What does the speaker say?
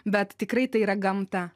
bet tikrai tai yra gamta